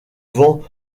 vent